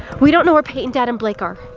we don't know where payton, dad, and blake are.